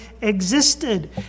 existed